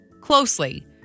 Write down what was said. closely